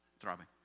throbbing